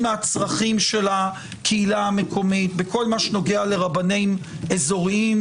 מהצרכים של הקהילה המקומית בכל מה שנוגע לרבנים אזוריים,